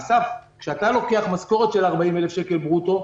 אסף, כשאתה לוקח משכורת של 40,000 שקל ברוטו,